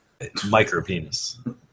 micropenis